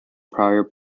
prior